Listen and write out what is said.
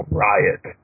riot